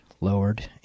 lowered